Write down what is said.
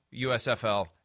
usfl